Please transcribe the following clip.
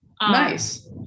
Nice